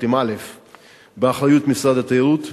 משרד התיירות.